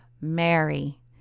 Mary